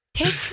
Take